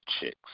chicks